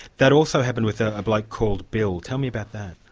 that also happened with a bloke called bill. tell me about that.